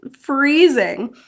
freezing